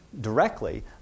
Directly